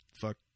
fuck